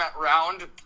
round